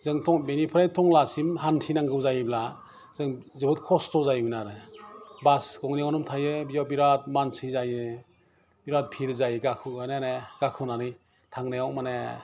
जोंथ' बेनिफ्राय थंलासिम हानथिनांगौजायोब्ला जों जोबोद खस्थ जायोमोन आरो बास गंनै गंथाम थायो बेव बेराद मानसि जायो बेराद बिहिर जायो गाखोगौमानिनो गाखोनानै थांनायाव मानि